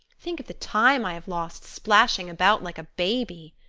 think of the time i have lost splashing about like a baby!